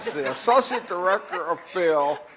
the associate director of field.